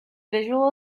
visual